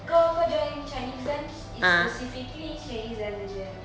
kau kau join chinese dance is specifically chinese dance saja